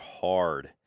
hard